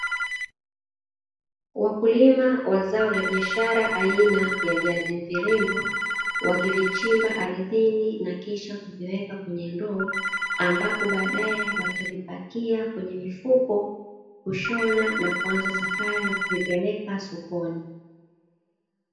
Wakulima wa zao la biashara aina ya viazi mviringo wakivichimba ardhinina kisha kuviweka kwenye ndoo ambapo baadae na kuvipakia kwenye mifuko na kushona na kuanza safari ya kuvipeleka sokoni.